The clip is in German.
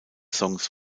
songs